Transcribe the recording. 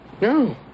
No